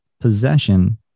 possession